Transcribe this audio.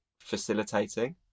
facilitating